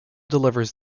delivers